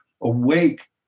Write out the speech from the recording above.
awake